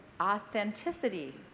authenticity